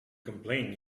complain